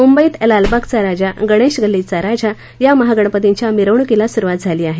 मुंबईत लालबागचा राजा गणेशगल्लीचा राजा या महागणपतींच्या मिरवणूकीला सुरुवात झाली आहे